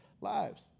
lives